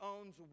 owns